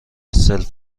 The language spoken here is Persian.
سلف